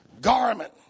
garment